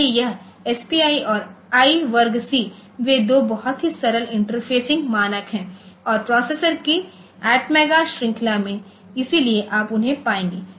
इसलिए यह SPI और I वर्ग C वे दो बहुत ही सरल इंटरफेसिंग मानक हैं और प्रोसेसर कीअटमेगा श्रृंखला में इसलिए आप उन्हें पाएंगे